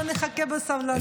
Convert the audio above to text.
אנחנו נחכה בסבלנות.